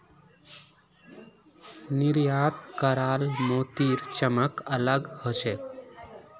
निर्यात कराल मोतीर चमक अलग ह छेक